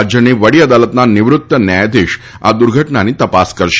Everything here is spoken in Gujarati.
રાજ્યની વડી અદાલતના નિવૃત્ત ન્યાયાધીશ આ દુર્ઘટનાની તપાસ કરશે